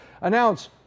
announce